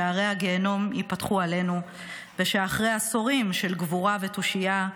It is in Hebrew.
שערי הגיהינום ייפתחו עלינו ושאחרי עשורים של גבורה ותושייה,